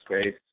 space